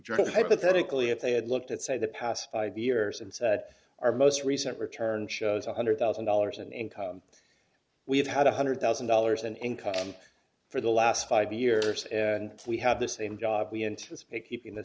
rejected hypothetically if they had looked at say the past five years and said our most recent return shows one hundred thousand dollars in income we have had one hundred thousand dollars in income for the last five years and we have the same job we anticipate keeping the